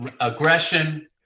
Aggression